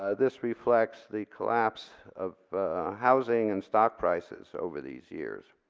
ah this reflects the collapse of housing and stock prices over these years.